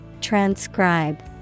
Transcribe